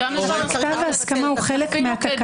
כתב ההסכמה הוא חלק מהתקנות.